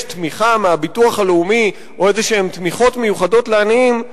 תמיכה מהביטוח הלאומי או איזה תמיכות מיוחדות לעניים,